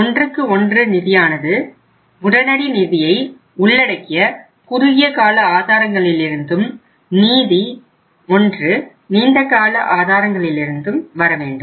11 நிதியானது உடனடி நிதியை உள்ளடக்கிய குறுகியகால ஆதாரங்களிலிருந்தும் மீதி 1 நீண்டகால ஆதாரங்களிலிருந்து வரவேண்டும்